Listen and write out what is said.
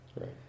Right